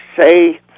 say